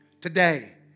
today